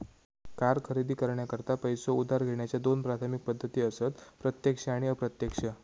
car खरेदी करण्याकरता पैसो उधार घेण्याच्या दोन प्राथमिक पद्धती असत प्रत्यक्ष आणि अप्रत्यक्ष